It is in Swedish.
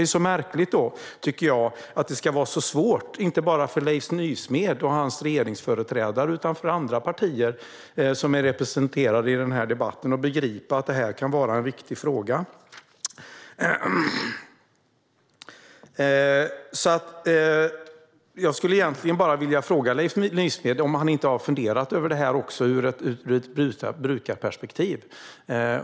Jag tycker att det är märkligt att det ska vara så svårt - inte bara för Leif Nysmed och hans regering utan även för andra partier som är representerade i denna debatt - att begripa att detta kan vara en viktig fråga. Jag skulle vilja fråga Leif Nysmed om han inte har funderat över detta också ur ett brukarperspektiv.